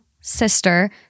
sister